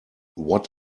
what